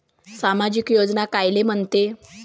सामाजिक योजना कायले म्हंते?